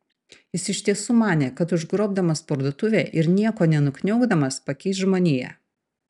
jis iš tiesų manė kad užgrobdamas parduotuvę ir nieko nenukniaukdamas pakeis žmoniją